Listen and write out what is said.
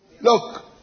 Look